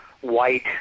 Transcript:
white